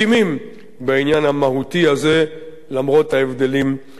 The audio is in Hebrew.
המהותי הזה למרות ההבדלים בהשקפותינו.